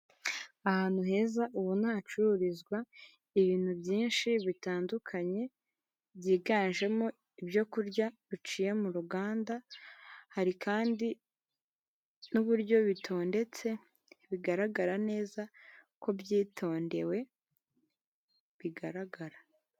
Ahantu heza ubona hacururizwa ibintu byinshi bitandukanye, byiganjemo ibyo kurya biciye mu ruganda, hari kandi n'uburyo bitondetse bigaragara neza ko byitondewe, bigaragara.